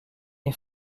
est